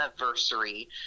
anniversary